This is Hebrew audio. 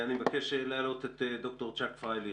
אני מבקש להעלות את ד"ר צ'אק פרייליך,